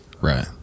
Right